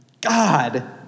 God